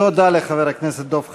תודה לחבר הכנסת דב חנין.